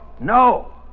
No